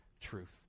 truth